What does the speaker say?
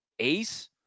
ace